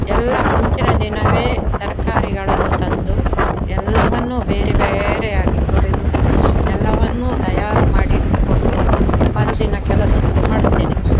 ಎಲ್ಲ ಮುಂಚಿನ ದಿನವೇ ತರಕಾರಿಗಳನ್ನು ತಂದು ಎಲ್ಲವನ್ನೂ ಬೇರೆ ಬೇರೆಯಾಗಿ ತೊಳೆದು ಎಲ್ಲವನ್ನೂ ತಯಾರು ಮಾಡಿಟ್ಟುಕೊಂಡು ಮರುದಿನ ಕೆಲಸ ಶುರು ಮಾಡುತ್ತೇನೆ